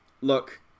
Look